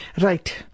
Right